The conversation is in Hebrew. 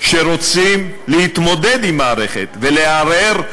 שרוצים להתמודד עם מערכת ולערער,